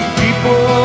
people